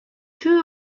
two